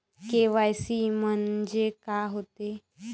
KYC म्हंनजे का होते?